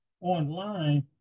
online